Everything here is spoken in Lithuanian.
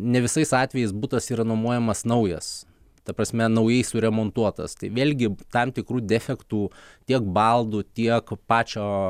ne visais atvejais butas yra nuomojamas naujas ta prasme naujai suremontuotas tai vėlgi tam tikrų defektų tiek baldų tiek pačio